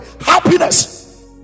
happiness